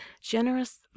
generous